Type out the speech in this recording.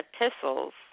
epistles